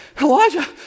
Elijah